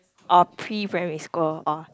oh pre primary school oh